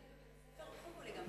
יש לי שלושה ילדים בבתי-הספר.